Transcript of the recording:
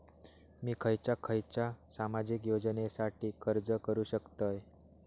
मी खयच्या खयच्या सामाजिक योजनेसाठी अर्ज करू शकतय?